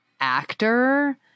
actor